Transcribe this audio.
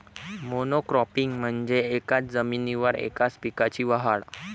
monocropping म्हणजे एकाच जमिनीवर एकाच पिकाची वाढ